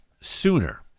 sooner